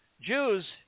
Jews